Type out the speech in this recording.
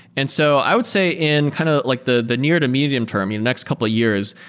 and so i would say in kind of like the the near to medium term, next couple years,